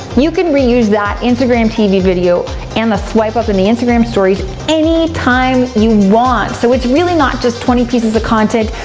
you can reuse that instagram tv video and the swipe up in the instagram stories anytime you want. so it's really not just twenty pieces of content,